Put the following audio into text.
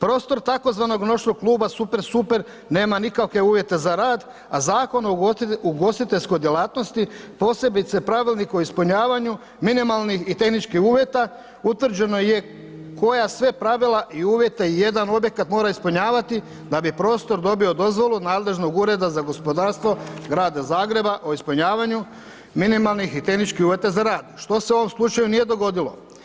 prostor tzv. noćnog kluba Super Super nema nikakve uvjete za rad, a Zakon o ugostiteljskoj djelatnosti posebice Pravilnik o ispunjavanju minimalnih i tehničkih uvjeta utvrđeno je koja sve pravila i uvjete jedan objekat mora ispunjavati da bi prostor dobio dozvolu od nadležnog ureda za gospodarstvo Grada Zagreba o ispunjavanju minimalnih i tehničkih uvjeta za rad, što se u ovom slučaju nije dogodilo.